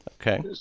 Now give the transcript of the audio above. Okay